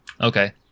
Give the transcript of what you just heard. Okay